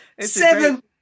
Seven